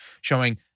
showing